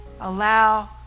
allow